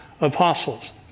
apostles